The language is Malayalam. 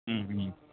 മ് മ്